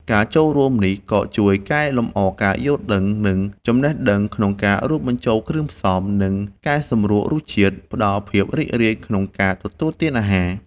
ការចូលរួមនេះក៏ជួយកែលម្អការយល់ដឹង និងចំណេះដឹងក្នុងការរួមបញ្ចូលគ្រឿងផ្សំ និងកែសម្រួលរសជាតិ ផ្ដល់ភាពរីករាយក្នុងការទទួលទានអាហារ។